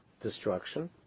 destruction